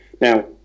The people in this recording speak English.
Now